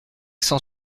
cent